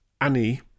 Annie